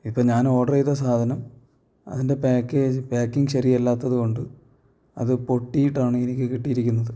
ഇപ്പോൾ ഞാൻ ഓഡർ ചെയ്ത സാധനം അതിൻ്റെ പാക്കേജ് പാക്കിങ് ശരിയല്ലാത്തതു കൊണ്ട് അത് പൊട്ടിയിട്ടാണ് എനിക്ക് കിട്ടിയിരിക്കുന്നത്